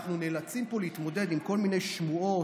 אנחנו נאלצים להתמודד פה עם כל מיני שמועות,